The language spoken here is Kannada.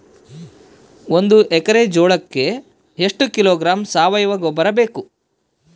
ಒಂದು ಎಕ್ಕರೆ ಜೋಳಕ್ಕೆ ಎಷ್ಟು ಕಿಲೋಗ್ರಾಂ ಸಾವಯುವ ಗೊಬ್ಬರ ಬೇಕು?